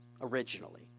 originally